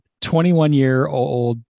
21-year-old